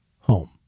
home